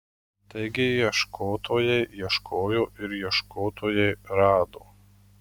taigi ieškotojai ieškojo ir ieškotojai rado